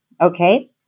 okay